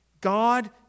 God